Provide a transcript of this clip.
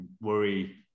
worry